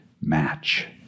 match